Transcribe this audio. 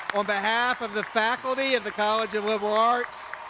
on behalf of the faculty of the college of liberal arts,